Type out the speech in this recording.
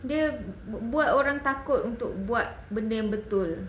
dia buat orang takut untuk buat benda yang betul